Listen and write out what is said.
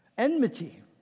enmity